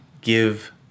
give